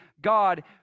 God